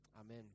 Amen